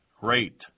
great